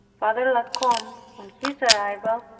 father la combe, on his arrival,